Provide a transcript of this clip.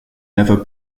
never